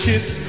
Kiss